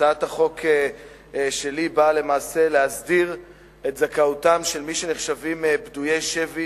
הצעת החוק שלי באה למעשה להסדיר את זכאותם של מי שנחשבים פדויי שבי,